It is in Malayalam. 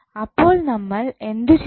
അപ്പോൾ നമ്മൾ എന്ത് ചെയ്യണം